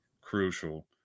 crucial